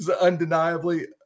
undeniably